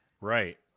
Right